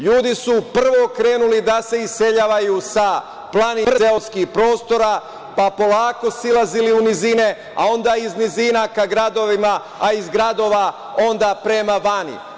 LJudi su prvo krenuli da se iseljavaju sa planinskih, brdskih, seoskih prostora, pa polako silazili u nizine, a onda iz nizina ka gradovima, a iz gradova prema vani.